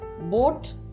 Boat